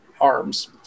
arms